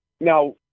Now